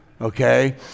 Okay